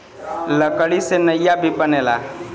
लकड़ी से नईया भी बनेला